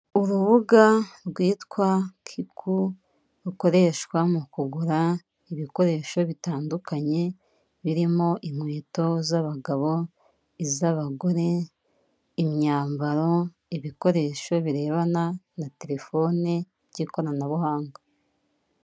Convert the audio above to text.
Urubuga rwitwa Kiku rukoreshwa mu kugura ibikoresho bitandukanye birimo inkweto z'abagabo, iz'abagore, imyambaro, ibikoresho birebana na telefoni by'ikoranabuhanga.